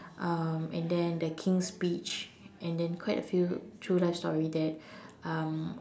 um and then the king's speech and then quite a few true life story that um